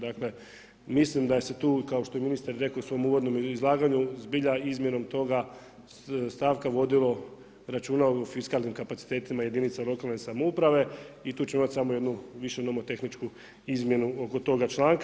Dakle, mislim da se je tu, kao što je ministar rekao u svom uvodnom izlaganju, zbilja izmjenom toga stavka vodilo računa o fiskalnim kapacitetima jedinica lokalne samouprave i tu ću imati samo jednu više nomo tehničku izmjenu oko toga članka.